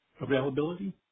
availability